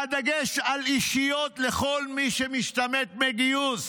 והדגש על אישיות, לכל מי שמשתמט מגיוס.